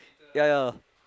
ya ya